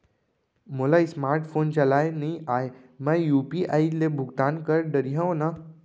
मोला smart phone चलाए नई आए मैं यू.पी.आई ले भुगतान कर डरिहंव न?